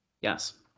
yes